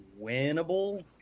winnable